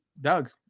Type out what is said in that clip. doug